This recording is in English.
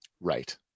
Right